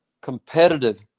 competitive